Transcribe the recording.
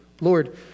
Lord